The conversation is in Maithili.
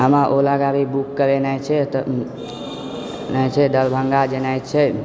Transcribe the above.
हमरा ओला गाड़ी बुक करेनाए छै तऽ दरभङ्गा जेनाइ छै